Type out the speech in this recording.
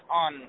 on